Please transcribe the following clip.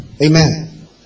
Amen